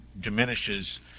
diminishes